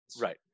Right